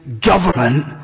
government